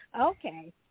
Okay